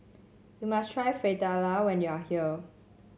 you must try Fritada when you are here